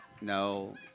no